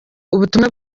ubutumwa